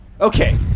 Okay